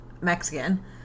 Mexican